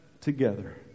together